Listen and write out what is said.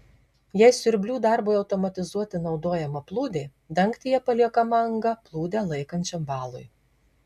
jei siurblių darbui automatizuoti naudojama plūdė dangtyje paliekama anga plūdę laikančiam valui